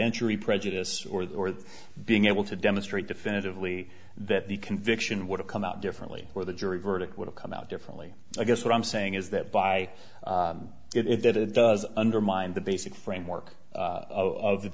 any prejudice or the or the being able to demonstrate definitively that the conviction would have come out differently or the jury verdict would have come out differently i guess what i'm saying is that by it did it does undermine the basic framework